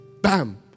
bam